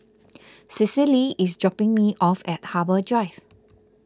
Cecily is dropping me off at Harbour Drive